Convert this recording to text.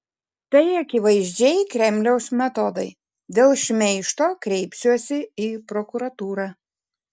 tai akivaizdžiai kremliaus metodai dėl šmeižto kreipsiuosi į prokuratūrą